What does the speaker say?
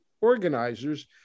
organizers